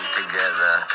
together